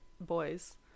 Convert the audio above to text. boys